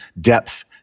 depth